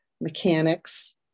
mechanics